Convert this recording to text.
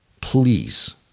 Please